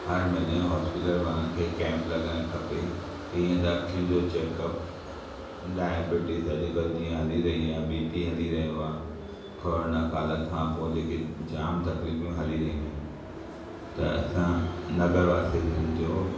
हर महिने हॉस्पिटल वारनि खे केम्प लॻाइण खपे तीअं त अखियुनि जो चेकअप डायबिटिज़ अॼुकल्ह जीअं हली आहे बी पी हली रहियो आहे कोरोना काल खां पोइ जेके जाम तकलीफ़ूं हली रहियूं आहिनि त असां नगर वासिनि जो